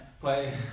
play